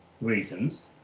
reasons